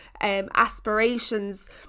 aspirations